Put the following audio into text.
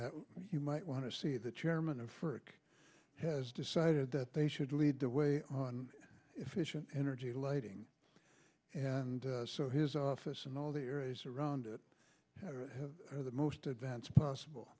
that you might want to see the chairman of firk has decided that they should lead the way on efficient energy lighting and so his office and all the areas around it have the most advanced